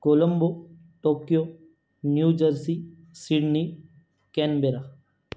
Colombo Tokyo new jersey Sydney Canberra